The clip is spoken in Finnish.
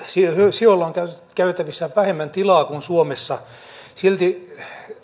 sioilla on käytettävissä vähemmän tilaa kuin suomessa ja silti